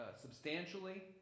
substantially